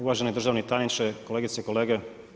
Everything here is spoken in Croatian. Uvaženi državni tajniče, kolegice i kolege.